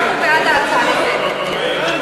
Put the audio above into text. אנחנו בעד ההצעה לסדר-היום.